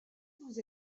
vous